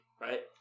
right